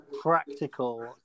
practical